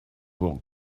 will